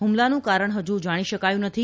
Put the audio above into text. હુમલાનું કારણ ફજુ જાણી શકાયું નથી